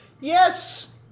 Yes